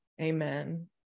Amen